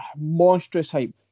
monstrous-hype